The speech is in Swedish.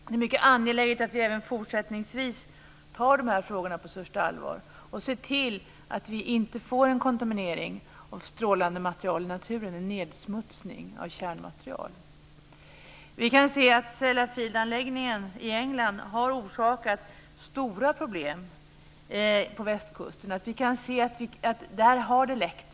Det är mycket angeläget att vi även fortsättningsvis tar dessa frågor på största allvar och ser till att det inte blir en kontaminering av strålande material i naturen, en nedsmutsning av kärnmaterial. Sellafieldanläggningen i England har orsakat stora problem på västkusten. Där har det läckt.